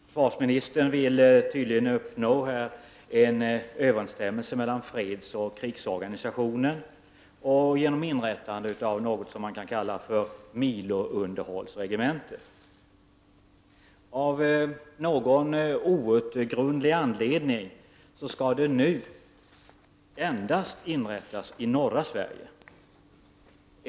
Försvarsministern vill tydligen här uppnå en överensstämmelse mellan krigsorganisationen och fredsorganisationen genom inrättande av något som kan kallas milounderhållsregemente. Av någon outgrundlig anledning skall sådant nu endast inrättas i norra Sverige.